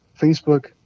Facebook